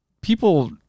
people